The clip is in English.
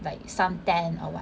like suntan or what